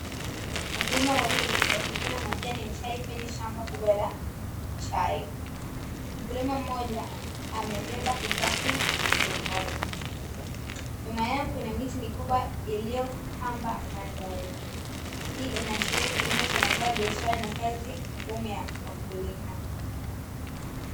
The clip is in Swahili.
Wakulima wawili wakivuna majani ya chai kwenye shamba kubwa la chai. Mkulima mmoja amebeba kikapu mgongoni. Nyuma yao kuna miti mikubwa iliyopamba mandhari. Hii inaashiria kilimo cha mazao ya biashara na kazi ngumu ya wakulima.